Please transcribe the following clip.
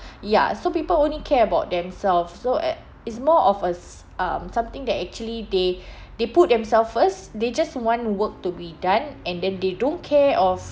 ya so people only care about themselves so uh it's more of a s~ um something that actually they they put themselves first they just want work to be done and then they don't care of